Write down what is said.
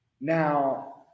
Now